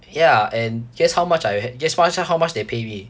ya and here's how much I guess how much they pay me